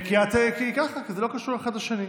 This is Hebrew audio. כי ככה, כי זה לא קשור אחד לשני.